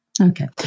Okay